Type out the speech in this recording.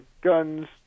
guns